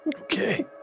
Okay